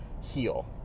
heal